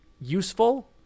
useful